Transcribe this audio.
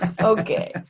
Okay